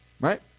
Right